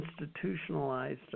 institutionalized